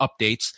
updates